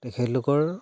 তেখেতলোকৰ